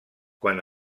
quan